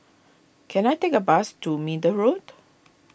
can I take a bus to Middle Road